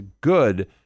good